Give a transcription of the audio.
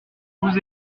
vous